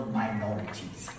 minorities